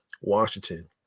Washington